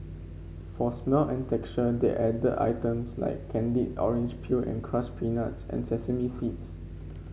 for smell and texture they added items like candied orange peel and crushed peanuts and sesame seeds